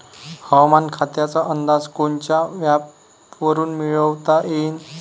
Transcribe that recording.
हवामान खात्याचा अंदाज कोनच्या ॲपवरुन मिळवता येईन?